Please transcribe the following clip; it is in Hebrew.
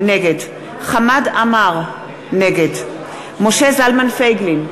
נגד חמד עמאר, נגד משה זלמן פייגלין,